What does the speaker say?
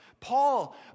Paul